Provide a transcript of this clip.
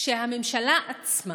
שהממשלה עצמה